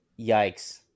Yikes